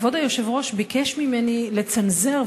כבוד היושב-ראש ביקש ממני לצנזר,